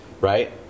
right